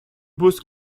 boost